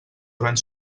havent